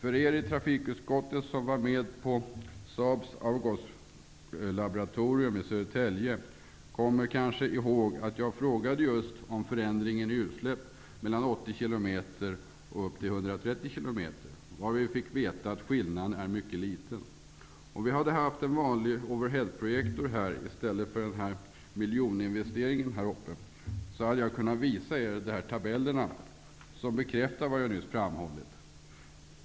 Ni i trafikutskottet som var med vid Saabs avgaslaboratorium i Södertälje kommer kanske ihåg att jag frågade om just förändringen i utsläpp mellan 80 km och 130 km i timmen. Vi fick veta att skillnaden är mycket liten. Om vi hade haft en vanlig over head-projektor här, i stället för den här miljoninvesteringen, hade jag kunnat visa er de tabeller som bekräftar det jag nyss framhållit.